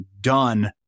done